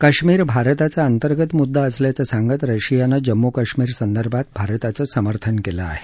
काश्मीर भारताचा अंतर्गत मुद्दा असल्याचं सांगत रशियानं जम्मू काश्मीरसंदर्भात भारताचं समर्थन केलं आहे